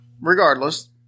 Regardless